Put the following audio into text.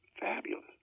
fabulous